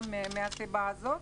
גם מהסיבה הזאת.